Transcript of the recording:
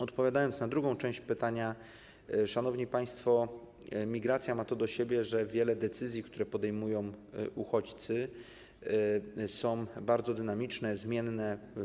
Odpowiadając na drugą część pytania, szanowni państwo, powiem, że migracja ma to do siebie, że wiele decyzji, które podejmują uchodźcy, jest bardzo dynamicznych, zmiennych.